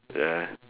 ya